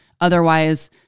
Otherwise